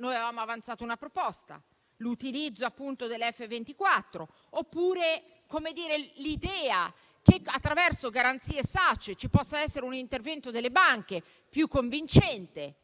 Avevamo avanzato una proposta, ossia l'utilizzo del modello F24, oppure l'idea che attraverso garanzie SACE ci possa essere un intervento delle banche più convincente: